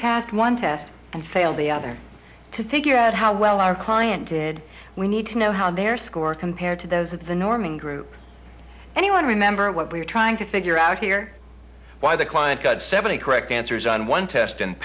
passed one test and fail the other to figure out how well our client did we need to know how their score compared to those of the norming group anyone remember what we are trying to figure out here why the client got seventy correct answers on one test and